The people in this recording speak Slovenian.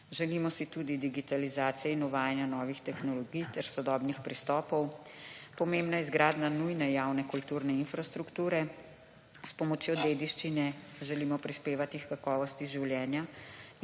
Želimo si tudi digitalizacije in uvajanja novih tehnologij ter sodobnih pristopov. Pomembna je izgradnja nujne javne kulturne infrastrukture. S pomočjo dediščine želimo prispevati h kakovosti življenja